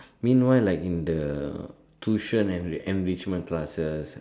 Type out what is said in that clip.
meanwhile like in the tuition and enrichment classes